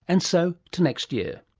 and so to next year.